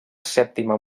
sèptima